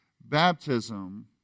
baptism